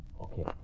Okay